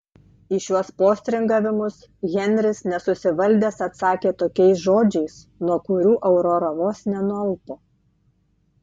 į šiuos postringavimus henris nesusivaldęs atsakė tokiais žodžiais nuo kurių aurora vos nenualpo